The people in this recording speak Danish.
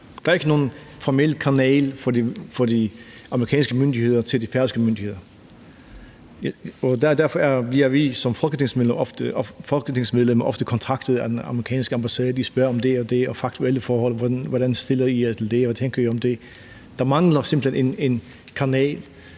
der er ikke nogen formel kanal fra de amerikanske myndigheder til de færøske myndigheder, og derfor bliver vi som folketingsmedlemmer ofte kontaktet af den amerikanske ambassade, og de spørger om det og det og om faktuelle forhold og om, hvordan vi stiller os til det og det, og hvordan vi tænker om det og det. Der mangler simpelt hen en kanal,